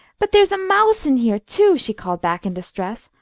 but there's a mouse in heah, too, she called back, in distress.